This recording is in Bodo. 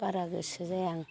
बारा गोसो जाया आं